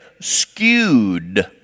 skewed